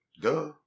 Duh